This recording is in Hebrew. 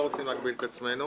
לא רוצים להגביל את עצמנו.